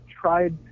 tried